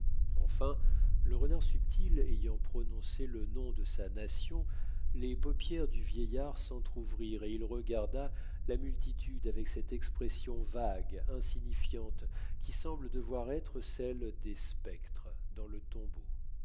enfin le renard subtil ayant prononcé le nom de sa nation les paupières du vieillard s'entr'ouvrirent et il regarda la multitude avec cette expression vague insignifiante qui semble devoir être celle des spectres dans le tombeau